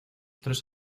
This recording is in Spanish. tres